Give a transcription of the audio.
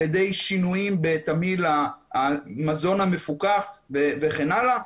על ידי שינויים בתמהיל המזון המפוקח וכן הלאה,